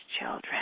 children